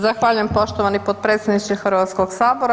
Zahvaljujem poštovani potpredsjedniče Hrvatskoga sabora.